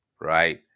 Right